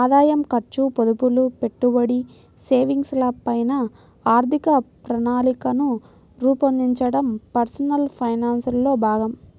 ఆదాయం, ఖర్చు, పొదుపులు, పెట్టుబడి, సేవింగ్స్ ల పైన ఆర్థిక ప్రణాళికను రూపొందించడం పర్సనల్ ఫైనాన్స్ లో భాగం